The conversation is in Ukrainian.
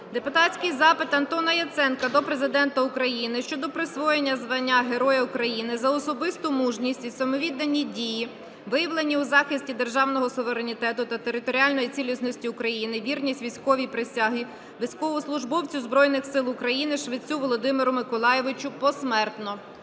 Депутатський запит Антона Яценка до Президента України щодо присвоєння звання Героя України за особисту мужність і самовіддані дії, виявлені у захисті державного суверенітету та територіальної цілісності України, вірність військовій присязі, військовослужбовцю Збройних Сил України Швецю Володимиру Миколайовичу (посмертно).